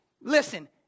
listen